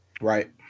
right